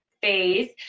phase